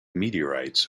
meteorites